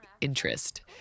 interest